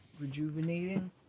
rejuvenating